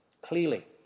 Clearly